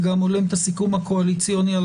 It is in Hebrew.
זה גם הולם את הסיכום הקואליציוני על